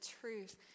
truth